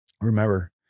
Remember